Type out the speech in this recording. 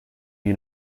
you